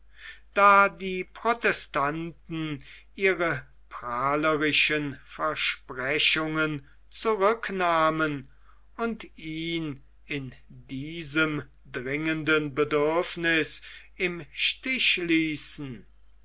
da die protestanten ihre prahlerischen versprechungen zurücknahmen und ihn in diesem dringenden bedürfniß im stiche ließen